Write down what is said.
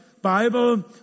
Bible